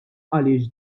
għaliex